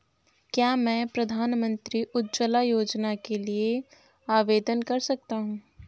क्या मैं प्रधानमंत्री उज्ज्वला योजना के लिए आवेदन कर सकता हूँ?